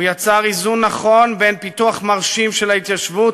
הוא יצר איזון נכון בין פיתוח מרשים של ההתיישבות